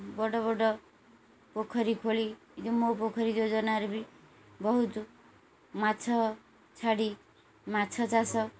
ବଡ଼ ବଡ଼ ପୋଖରୀ ଖୋଳି ମୋ ପୋଖରୀ ଯୋଜନାରେ ବି ବହୁତ ମାଛ ଛାଡ଼ି ମାଛ ଚାଷ